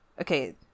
okay